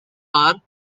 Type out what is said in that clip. are